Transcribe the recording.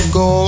go